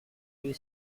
you